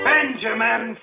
Benjamin